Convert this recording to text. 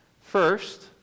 First